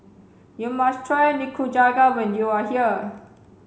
you must try Nikujaga when you are here